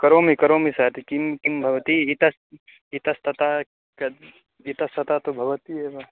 करोमि करोमि सत् किं किं भवति इत इतस्ततः कत् इतस्ततः तु भवति एव